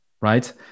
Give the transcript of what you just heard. right